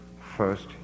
first